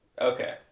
Okay